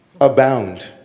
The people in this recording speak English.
abound